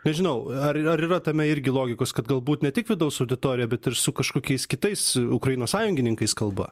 nežinau ar ar yra tame irgi logikos kad galbūt ne tik vidaus auditorija bet ir su kažkokiais kitais ukrainos sąjungininkais kalba